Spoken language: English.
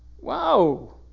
Wow